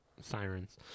Sirens